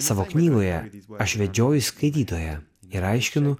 savo knygoje aš vedžioju skaitytoją ir aiškinu